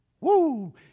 Woo